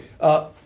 Okay